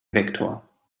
vektor